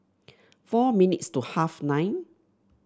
four minutes to half nine